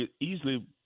easily